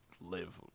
live